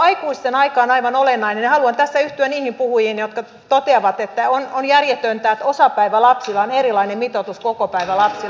aikuisten aika on aivan olennainen ja haluan tässä yhtyä niihin puhujiin jotka toteavat että on järjetöntä että osapäivälapsilla on erilainen mitoitus kuin kokopäivälapsilla